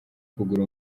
kugura